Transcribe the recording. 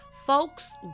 folks